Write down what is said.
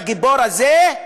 הגיבור הזה,